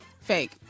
Fake